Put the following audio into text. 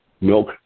Milk